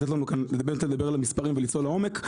לתת לנו קצת לדבר על המספרים ולצלול לעומק.